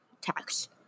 tax